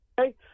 Okay